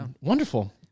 Wonderful